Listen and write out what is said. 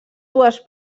dues